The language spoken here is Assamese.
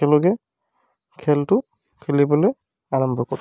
একেলগে খেলটো খেলিবলৈ আৰম্ভ কৰোঁ